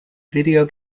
video